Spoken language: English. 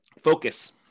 Focus